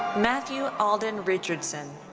matthew alden richardson.